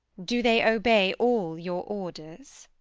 do they obey all your orders?